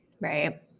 right